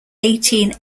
eighteen